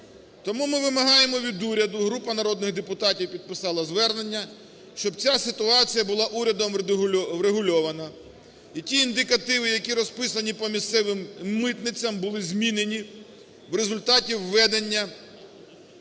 Тому ми вимагаємо від уряду, група народних депутатів підписала звернення, щоб ця ситуація була урядом врегульована, і ті індикативи, які розписані по місцевим митницям, були змінені в результаті введення